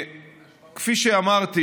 כפי שאמרתי,